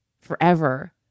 forever